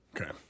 Okay